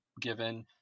given